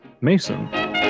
Mason